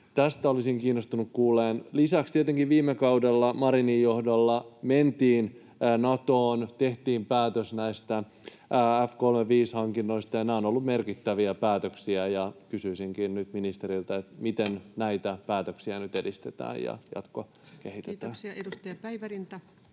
Tästä olisin kiinnostunut kuulemaan. Lisäksi tietenkin viime kaudella Marinin johdolla mentiin Natoon, tehtiin päätös F35-hankinnoista, ja nämä ovat olleet merkittäviä päätöksiä. Kysyisinkin nyt ministeriltä, että miten näitä päätöksiä nyt edistetään ja jatkokehitetään. Kiitoksia. — Edustaja Päivärinta.